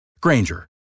Granger